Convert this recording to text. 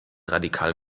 radikal